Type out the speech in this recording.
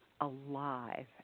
alive